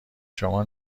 شما